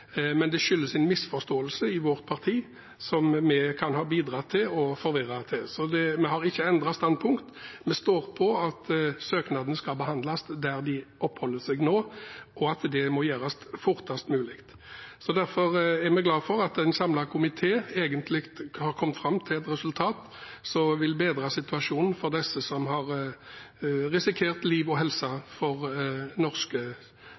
Men det skyldes en misforståelse i vårt parti, der vi kan ha bidratt til å forvirre. Vi har ikke endret standpunkt, vi står på at søknaden skal behandles der de oppholder seg nå, og at det må gjøres fortest mulig. Derfor er vi glad for at en samlet komité egentlig har kommet fram til et resultat som vil bedre situasjonen for disse som har risikert liv og helse for norske